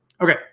Okay